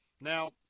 Now